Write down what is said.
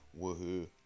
Woohoo